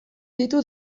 ditu